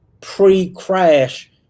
pre-crash